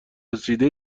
رسیده